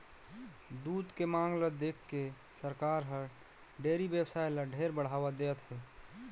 दूद के मांग ल देखके सरकार हर डेयरी बेवसाय ल ढेरे बढ़ावा देहत हे